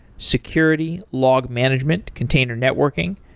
security, log management, container networking,